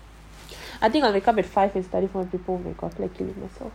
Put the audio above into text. I think I'll wake up at five to for study paper